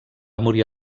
morir